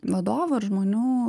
vadovų ar žmonių